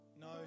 No